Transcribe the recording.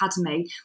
academy